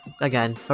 again